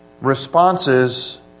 responses